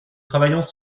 travaillons